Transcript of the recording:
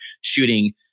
shooting